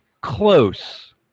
close